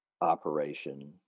operation